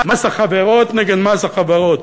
מס החברות נגד מס החברות.